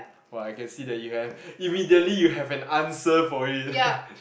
!wah! I can see that you have immediately you have an answer for it